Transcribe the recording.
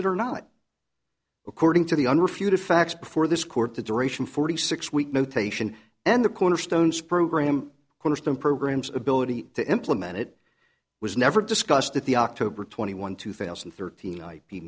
it or not according to the unrefuted facts before this court the duration forty six week notation and the cornerstones program cornerstone programs ability to implement it was never discussed at the october twenty one two fails and thirteen i